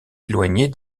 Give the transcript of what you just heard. éloignée